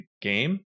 game